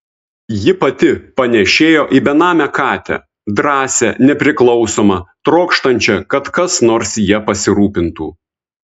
ji pati panėšėjo į benamę katę drąsią nepriklausomą trokštančią kad kas nors ja pasirūpintų